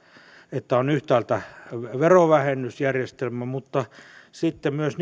että on yhtäältä verovähennysjärjestelmä mutta sitten myös